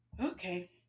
Okay